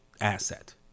asset